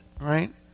Right